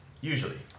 usually